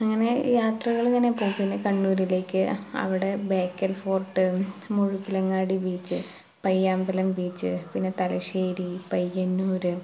അങ്ങനെ യാത്രകൾ ഇങ്ങനെ പോകും പിന്നെ കണ്ണൂരിലേക്ക് അവിടെ Bekal fort Muzhappilangad beach Payyambalam beach പിന്നെ തലശ്ശേരി പയ്യന്നൂർ